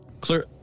Clear